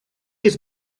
his